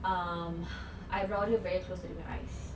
um eyebrow dia very close to the eyes